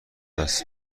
است